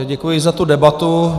Děkuji za tu debatu.